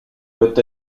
peut